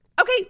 Okay